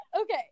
okay